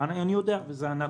זה עובר עכשיו למשרד --- אני יודע.